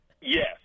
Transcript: Yes